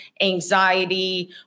anxiety